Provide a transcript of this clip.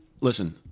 listen